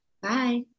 Bye